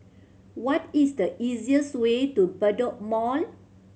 what is the easiest way to Bedok Mall